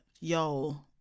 yo